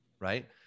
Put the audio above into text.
right